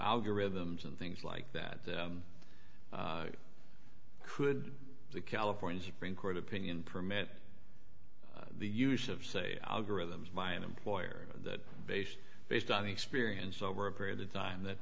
algorithms and things like that could the california supreme court opinion permit the use of say algorithms my employer that based based on experience over a period of time that